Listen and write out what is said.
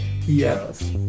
Yes